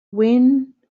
wind